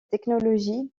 technologie